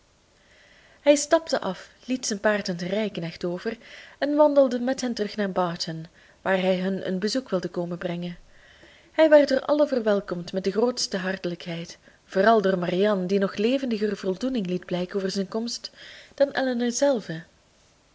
hij stapte af liet zijn paard aan zijn rijknecht over en wandelde met hen terug naar barton waar hij hun een bezoek wilde komen brengen hij werd door allen verwelkomd met de grootste hartelijkheid vooral door marianne die nog levendiger voldoening liet blijken over zijn komst dan elinor zelve